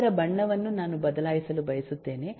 ಇದರ ಬಣ್ಣವನ್ನು ನಾನು ಬದಲಾಯಿಸಲು ಬಯಸುತ್ತೇನೆ